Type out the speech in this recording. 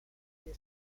dei